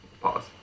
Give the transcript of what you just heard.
pause